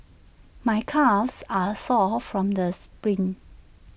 my calves are sore from the spring